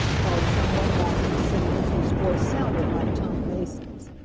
called someone back of the scenes whose voice sounded like tom mason's.